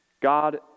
God